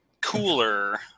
cooler